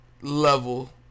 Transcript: level